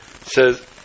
says